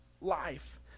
life